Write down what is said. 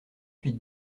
huit